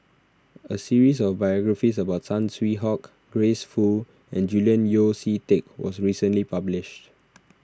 a series of biographies about Saw Swee Hock Grace Fu and Julian Yeo See Teck was recently published